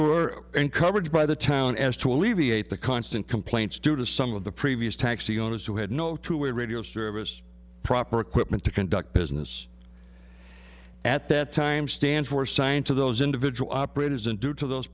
were encouraged by the town as to alleviate the constant complaints to to some of the previous taxi owners who had no two way radio service proper equipment to conduct business at that time stands for science of those individual operators and due to those